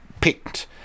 picked